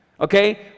Okay